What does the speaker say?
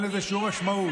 אין לזה שום משמעות.